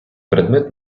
предмет